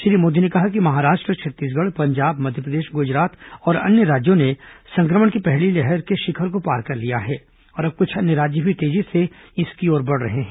श्री मोदी ने कहा कि महाराष्ट्र छत्तीसगढ़ पंजाब मध्यप्रदेश गुजरात और अन्य राज्यों ने संक्रमण की पहली लहर के शिखर को पार कर लिया है और कुछ अन्य राज्य भी तेजी से इसकी ओर बढ़ रहे हैं